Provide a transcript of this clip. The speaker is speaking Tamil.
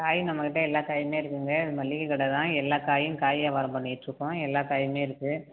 காய் நம்மகிட்ட எல்லா காயுமே இருக்குங்க மள்ளிகை கடை தான் எல்லா காயும் காய் யாவாரோ பண்ணிக்கிட்டு இருக்கோம் எல்லா காயுமே இருக்கு